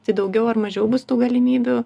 tai daugiau ar mažiau bus tų galimybių